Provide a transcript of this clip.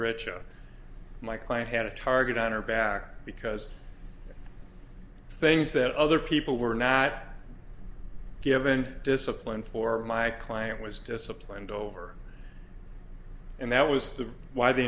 rich my client had a target on her back because things that other people were not given discipline for my client was disciplined over and that was the why the